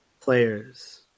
players